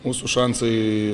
mūsų šansai